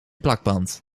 plakband